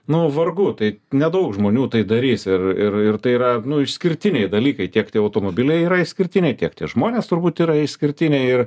nu vargu tai nedaug žmonių tai darys ir ir ir tai yra išskirtiniai dalykai tiek tie automobiliai yra išskirtiniai tiek tie žmonės turbūt yra išskirtiniai ir